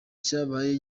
cyabaye